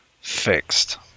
fixed